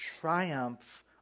triumph